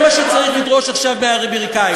זה מה שצריך לדרוש עכשיו מהאמריקנים,